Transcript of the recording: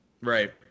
Right